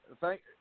Thank